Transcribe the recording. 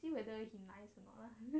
see whether he nice or not lah